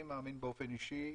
אני מאמין באופן אישי,